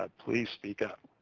ah please speak up.